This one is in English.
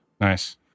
Nice